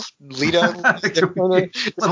Lita